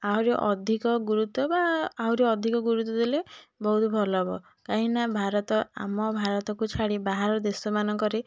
ଆହୁରି ଅଧିକ ଗୁରୁତ୍ତ୍ୱ ବା ଆହୁରି ଅଧିକ ଗୁରୁତ୍ତ୍ୱ ଦେଲେ ବହୁତ ଭଲ ହେବ କାହିଁକିନା ଭାରତ ଆମ ଭାରତକୁ ଛାଡ଼ି ବାହାର ଦେଶମାନଙ୍କରେ